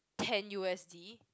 ten u_s_d